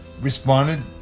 responded